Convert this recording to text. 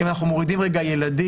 אם אנחנו מורידים רגע ילדים,